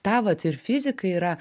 tą vat ir fizika yra